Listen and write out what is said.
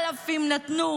3000 נתנו,